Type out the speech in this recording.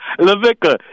LaVica